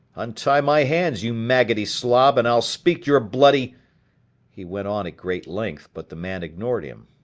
untie my hands, you maggoty slob, and i'll speak your bloody he went on at great length, but the man ignored him.